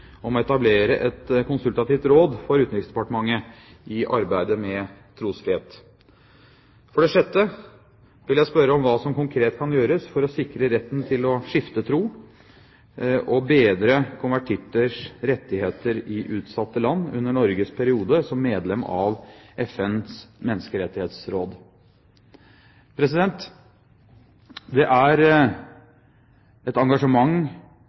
om å etablere et konsultativt råd for Utenriksdepartementet i arbeidet med trosfrihet. For det sjette vil jeg spørre om hva som konkret kan gjøres for å sikre retten til å skifte tro og bedre konvertitters rettigheter i utsatte land under Norges periode som medlem av FNs menneskerettighetsråd. Det er et engasjement